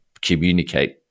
communicate